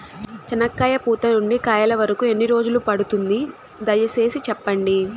చెనక్కాయ పూత నుండి కాయల వరకు ఎన్ని రోజులు పడుతుంది? దయ సేసి చెప్పండి?